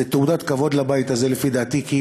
זו תעודת כבוד לבית הזה, לפי דעתי, כי